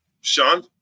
Sean